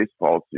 baseball